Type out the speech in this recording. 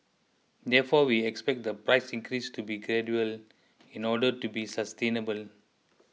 therefore we expect the price increase to be gradual in order to be sustainable